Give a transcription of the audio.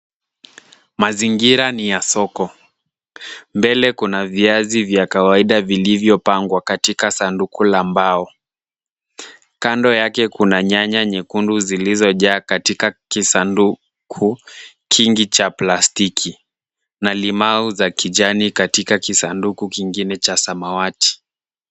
Mazingira ni ya soko. Mbele kuna viazi vya kawaida vilivyopangwa katika sanduku la mbao. Kando yake kuna nyanya nyekundu zilizojaa katika kisanduku kingi cha plastiki na limau za kijani katika kisanduku kingine cha samawati.